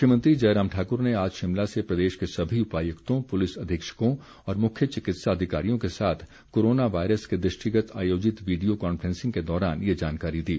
मुख्यमंत्री जयराम ठाकुर ने आज शिमला से प्रदेश के सभी उपायुक्तों पुलिस अधीक्षकों और मुख्य चिकित्सा अधिकारियों के साथ कोरोना वायरस के दृष्टिगत आयोजित वीडियो कॉन्फ्रेंसिंग के दौरान ये जानकारी दी